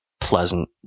pleasant